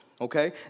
Okay